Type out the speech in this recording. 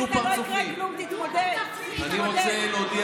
אני שמח לשמוע,